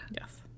Yes